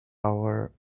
our